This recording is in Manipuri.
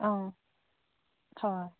ꯑꯪ ꯍꯣꯏ